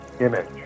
image